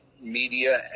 media